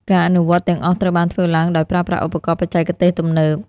ការអនុវត្តទាំងអស់ត្រូវបានធ្វើឡើងដោយប្រើប្រាស់ឧបករណ៍បច្ចេកទេសទំនើប។